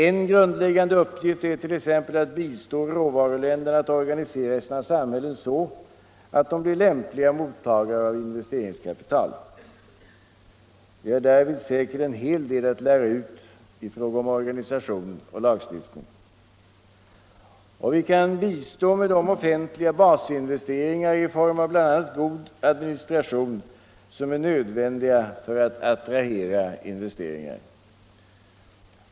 En grundläggande uppgift är t.ex. att bistå råvaruländerna att organisera sina samhällen så att de blir lämpliga mottagare av investeringskapital. Vi har därvid säkert en hel del att lära ut i fråga om organisation och lagstiftning. Och vi kan bistå med de offentliga basinvesteringar i form av bl.a. god administration som är nödvändiga för att attrahera investeringar.